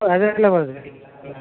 ಅದೆಲ್ಲ ಬರುವುದಿಲ್ಲ ಅಲ್ವಾ